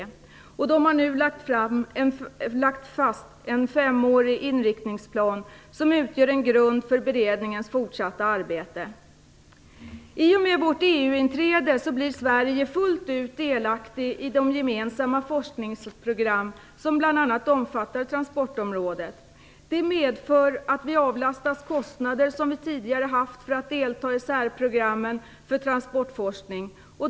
Beredningen har nu lagt fast en femårig inriktningsplan som utgör en grund för det fortsatta arbetet. I och med vårt EU-inträde blir Sverige fullt ut delaktigt i de gemensamma forskningsprogram som bl.a. omfattar transportområdet. Det medför att vi avlastas kostnader som vi tidigare haft för att delta i särprogrammet för transportforskning.